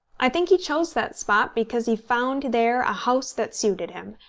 i think he chose that spot because he found there a house that suited him,